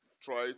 try